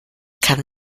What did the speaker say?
kann